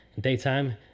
daytime